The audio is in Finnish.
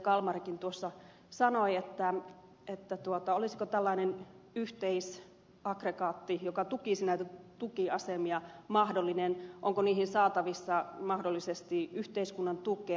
kalmarikin tuossa sanoi olisiko tällainen yhteisaggregaatti joka tukisi näitä tukiasemia mahdollinen ja onko niihin saatavissa mahdollisesti yhteiskunnan tukea